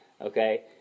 okay